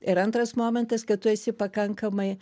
ir antras momentas kad tu esi pakankamai